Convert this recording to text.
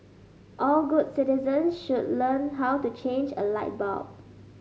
all good citizens should learn how to change a light bulb